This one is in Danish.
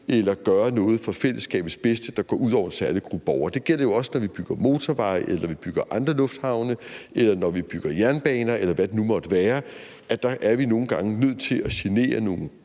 eller gøre noget for fællesskabets bedste, der går ud over en særlig gruppe borgere. Det gælder jo også, når vi bygger motorveje, eller når vi bygger andre lufthavne, eller når vi bygger jernbaner, eller hvad det nu måtte være – der er vi nogle gange nødt til at genere nogle